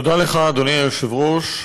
תודה לך, אדוני היושב-ראש.